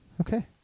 Okay